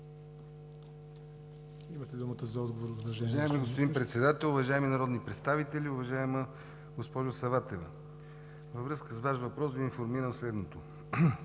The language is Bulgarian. Имате думата за отговор. МИНИСТЪР БОИЛ БАНОВ: Уважаеми господин Председател, уважаеми народни представители! Уважаема госпожо Саватева, във връзка с Ваш въпрос Ви информирам следното: